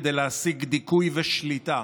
כדי להשיג דיכוי ושליטה,